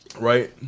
right